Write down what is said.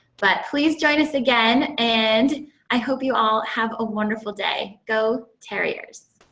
but please join us again, and i hope you all have a wonderful day. go terriers.